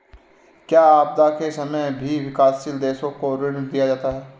क्या आपदा के समय भी विकासशील देशों को ऋण दिया जाता है?